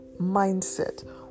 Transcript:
mindset